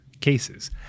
cases